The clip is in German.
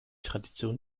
tradition